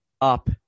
up